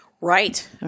Right